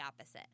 opposite